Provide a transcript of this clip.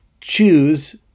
choose